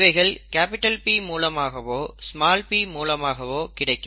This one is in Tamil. இவைகள் P மூலமாகவோ p மூலமாகவோ கிடைக்கும்